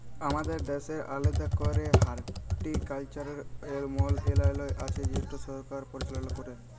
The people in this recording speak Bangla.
আমাদের দ্যাশের আলেদা ক্যরে হর্টিকালচারের মলত্রলালয় আছে যেট সরকার পরিচাললা ক্যরে